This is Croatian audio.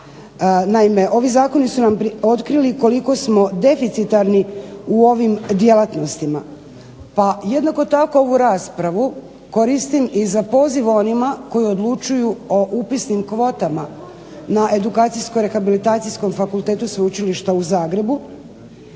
Naime, ovi zakoni su nam otkrili koliko smo deficitarni u ovim djelatnostima. Pa jednako tako ovu raspravu koristim i za poziv onima koji odlučuju o upisnim kvotama na Edukacijsko-rehabilitacijskom fakultetu Sveučilišta u Zagrebu